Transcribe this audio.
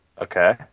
Okay